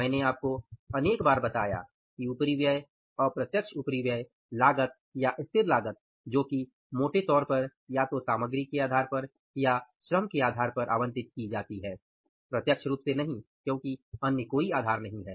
मैंने आपको अनेक बार बताया कि उपरिव्यय अप्रत्यक्ष उपरिव्यय लागत या स्थिर लागत जो कि मोटे तौर पर या तो सामग्री के आधार पर या श्रम के आधार पर आवंटित की जाती है प्रत्यक्ष रूप से नहीं क्योंकि अन्य कोई आधार नहीं है